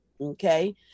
Okay